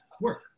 work